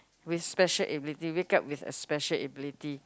with special ability wake up with a special ability